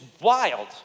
wild